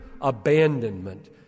abandonment